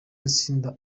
itsinda